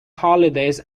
holidays